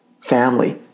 Family